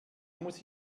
muss